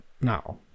now